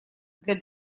для